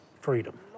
freedom